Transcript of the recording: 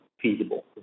feasible